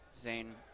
Zane